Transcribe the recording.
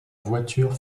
voiture